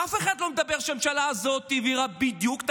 אף אחד לא מדבר שהממשלה הזאת העבירה בדיוק את